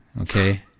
Okay